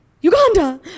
Uganda